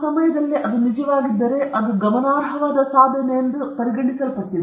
ಆ ಸಮಯದಲ್ಲಿ ಅದು ನಿಜವಾಗಿದ್ದರೆ ಇದು ಗಮನಾರ್ಹವಾದ ಸಾಧನೆ ಎಂದು ಪರಿಗಣಿಸಲ್ಪಟ್ಟಿದೆ